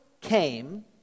came